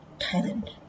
Thailand